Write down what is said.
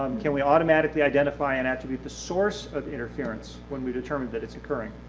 um can we automatically identify and attribute the source of interference when we determine that it's occurring?